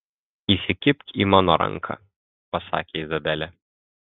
įsikibk į mano ranką pasakė izabelė